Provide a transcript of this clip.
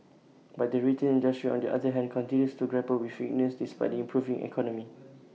but the retail industry on the other hand continues to grapple with weakness despite the improving economy